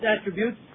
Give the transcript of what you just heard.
attributes